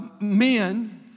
men